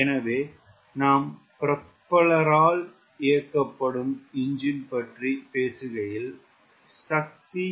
எனவே நாம் ப்ரொபல்லர் ஆல் இயக்கப்படும் எஞ்சின் பற்றி பேசுகையில் சக்தி